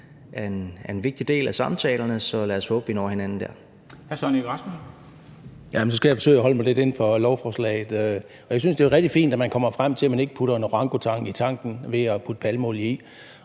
(Henrik Dam Kristensen): Hr. Søren Egge Rasmussen. Kl. 10:35 Søren Egge Rasmussen (EL): Jamen så skal jeg forsøge at holde mig lidt inden for lovforslaget. Jeg synes, det er rigtig fint, at man kommer frem til, at man ikke putter en orangutang i tanken ved at putte palmeolie i.